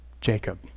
Jacob